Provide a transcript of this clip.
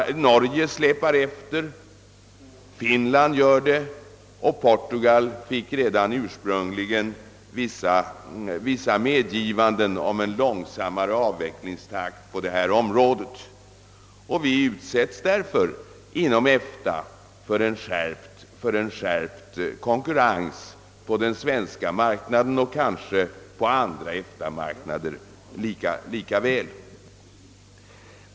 Norge släpar efter, Finland gör det också och Portugal fick redan ursprungligen vissa medgivanden om cen långsammare avvecklingstakt på detta område. Vi utsätts därför inom EFTA för en skärpt konkurrens på den svens ka marknaden och kanske på andra EFTA-marknader likaså.